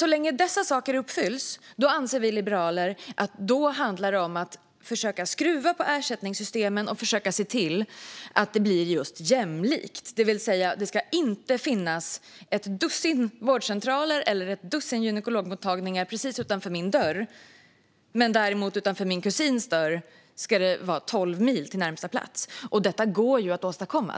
Så länge dessa saker uppfylls anser vi liberaler att det handlar om att försöka skruva på ersättningssystemen för att se till att det blir just jämlikt, det vill säga det ska inte finnas ett dussin vårdcentraler eller ett dussin gynekologmottagningar precis utanför min dörr medan det är tolv mil till närmaste mottagning från min kusins dörr. Detta går att åstadkomma.